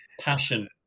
passion